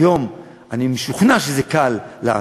היום אני משוכנע שקל לעשות.